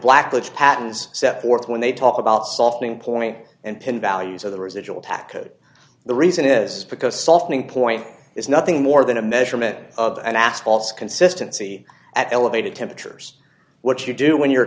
blacklists patterns set forth when they talk about softening point and pin values of the residual packet the reason is because softening point is nothing more than a measurement of an asphalt consistency at elevated temperatures what you do when you're